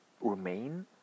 remain